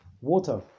water